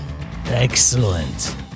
Excellent